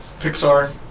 Pixar